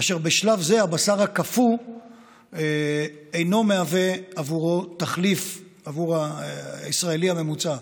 אשר בשלב זה הבשר הקפוא אינו תחליף לו עבור ישראלי הממוצע,